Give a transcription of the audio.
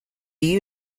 you